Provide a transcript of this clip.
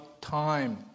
time